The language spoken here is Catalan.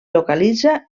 localitza